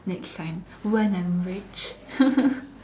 next time when I'm rich